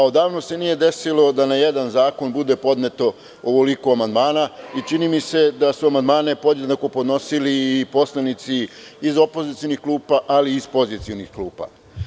Odavno se nije desilo da na jedan zakon bude podneto ovoliko amandmana i čini mi se da su amandmane podjednako podnosili i poslanici iz opozicionih klupa, ali i iz pozicionih klupa.